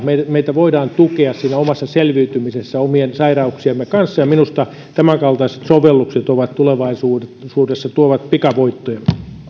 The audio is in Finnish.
meitä voidaan tukea omassa selviytymisessämme omien sairauksiemme kanssa ja minusta tämänkaltaiset sovellukset tulevaisuudessa tuovat pikavoittoja